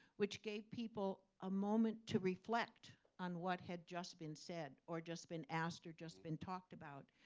which gave people a moment to reflect on what had just been said or just been asked or just been talked about.